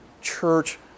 Church